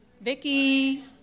Vicky